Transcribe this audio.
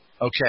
Okay